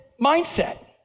mindset